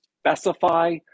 specify